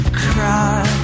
cry